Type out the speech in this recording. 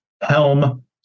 helm